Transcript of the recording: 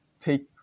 take